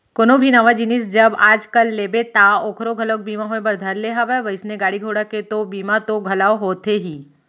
कोनो भी नवा जिनिस जब आज कल लेबे ता ओखरो घलोक बीमा होय बर धर ले हवय वइसने गाड़ी घोड़ा के तो बीमा तो घलौ होथे ही